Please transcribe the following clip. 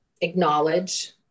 acknowledge